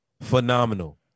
Phenomenal